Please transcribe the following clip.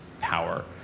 power